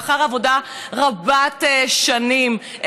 לאחר עבודה רבת שנים,